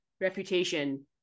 reputation